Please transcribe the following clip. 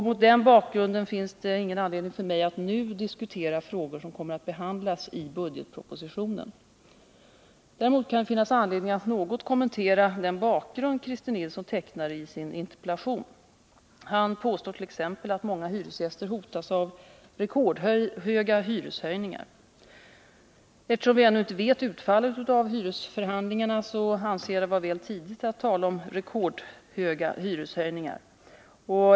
Mot den bakgrunden finns det ingen anledning för mig att nu diskutera frågor som kommer att behandlas i budgetpropositionen. Däremot kan det finnas anledning att något kommentera den bakgrund Christer Nilsson tecknar i sin interpellation. Han påstår t.ex. att många hyresgäster hotas av rekordhöga hyreshöjningar. Eftersom vi ännu inte vet utfallet av hyresförhandlingarna, så anser jag det vara väl tidigt att tala om ”rekordhöga hyreshöjningar”.